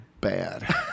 bad